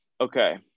Okay